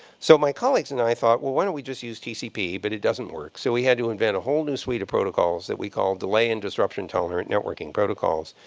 so my colleagues and i thought, well, why don't we just use tcp. but it doesn't work. so we had to invent a whole new suite of protocols that we call delay and disruption tolerant networking protocols.